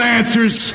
answers